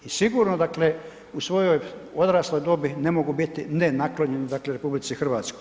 I sigurno dakle u svojoj odraslom dobi ne mogu biti ne naklonjeni dakle RH.